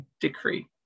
decree